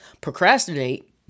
procrastinate